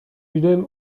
willem